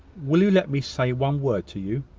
will you let me say one word to you?